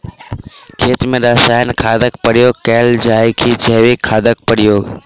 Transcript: खेत मे रासायनिक खादक प्रयोग कैल जाय की जैविक खादक प्रयोग?